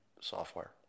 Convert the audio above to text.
software